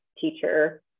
Teacher